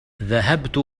ذهبت